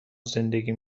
زندگی